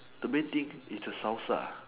the main thing is the salsa